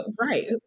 right